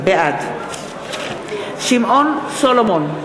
בעד שמעון סולומון,